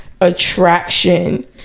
attraction